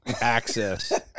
access